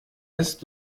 ist